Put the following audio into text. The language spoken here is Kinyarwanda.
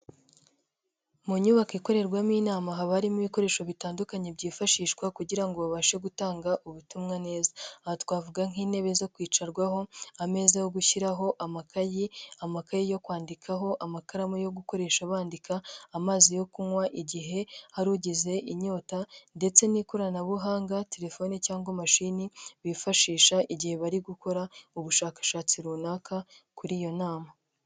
Mu nyubako ikorerwamo inama haba harimo ibikoresho bitandukanye byifashishwa kugira ngo babashe gutanga ubutumwa neza, aha twavuga nk'intebe zo kwicarwaho, ameza yo gushyiraho amakayi, amakaye yo kwandikaho, amakaramu yo gukoresha bandika, amazi yo kunywa igihe hari ugize inyota, ndetse n'ikoranabuhanga terefone cyangwa mashini bifashisha igihe bari gukora ubushakashatsi runaka kuri iyo nama.